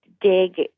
dig